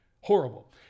horrible